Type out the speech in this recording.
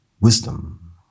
Wisdom